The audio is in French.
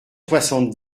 soixante